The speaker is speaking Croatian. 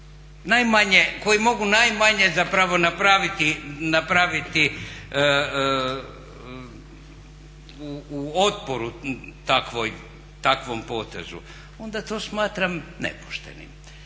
koji mogu najmanje zapravo napraviti u otporu takvom potezu onda to smatram nepoštenim.